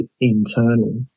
internal